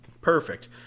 perfect